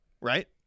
right